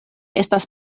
estas